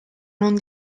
non